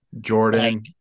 Jordan